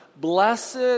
blessed